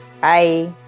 bye